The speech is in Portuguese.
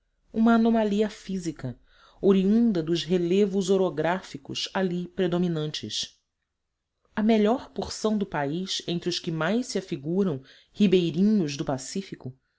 uma anomalia física oriunda dos relevos orográficos ali predominantes a melhor porção do país entre os que mais se afiguram ribeirinhos do pacífico